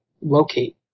locate